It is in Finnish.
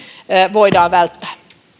voidaan välttää